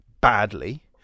badly